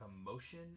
emotion